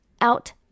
out